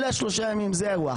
אלה השלושה ימים, זה האירוע.